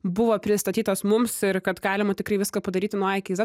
buvo pristatytas mums ir kad galima tikrai viską padaryti nuo a iki z